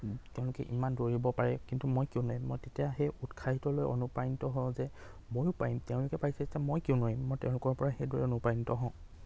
তেওঁলোকে ইমান দৌৰিব পাৰে কিন্তু মই কিয় নোৱাৰিম মই তেতিয়া সেই উৎসাহিত লৈ অনুপ্ৰাণিত হওঁ যে ময়ো পাৰিম তেওঁলোকে পাৰিছে যেতিয়া মই কিয় নোৱাৰিম মই তেওঁলোকৰপৰা সেইদৰেই অনুপ্ৰাণিত হওঁ